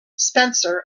spencer